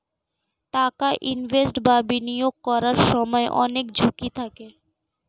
টাকা ইনভেস্ট বা বিনিয়োগ করার সময় অনেক ঝুঁকি থাকে